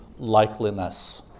likeliness